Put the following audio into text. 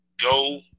Go